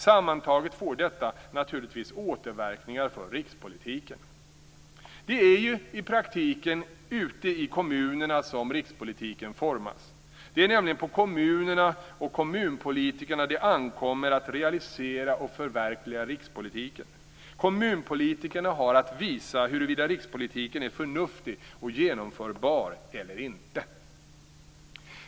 Sammantaget får detta naturligtvis återverkningar för rikspolitiken. Det är ju i praktiken ute i kommunerna som rikspolitiken formas. Det är nämligen på kommunerna och kommunpolitikerna det ankommer att realisera och förverkliga rikspolitiken. Kommunpolitikerna har att visa huruvida rikspolitiken är förnuftig och genomförbar eller inte.